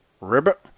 ribbit